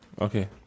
Okay